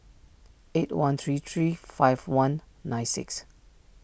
eight one three three five one nine six